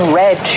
red